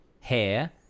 hair